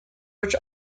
which